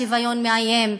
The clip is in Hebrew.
השוויון מאיים,